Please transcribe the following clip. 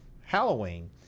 Halloween